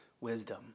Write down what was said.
wisdom